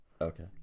Okay